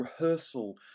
rehearsal